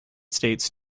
states